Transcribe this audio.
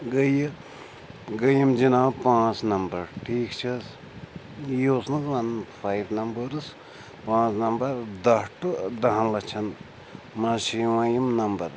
گٔے یہِ گٔے یِم جناب پانٛژھ نمبر ٹھیٖک چھِ حظ یی اوس نہٕ حظ وَنُن فایِف نَمبٲرٕس پانٛژھ نمبر دَہ ٹُہ دَہَن لَچھَن منٛز چھِ یِوان یِم نمبر